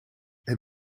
heb